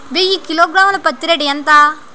వెయ్యి కిలోగ్రాము ల పత్తి రేటు ఎంత?